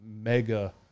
mega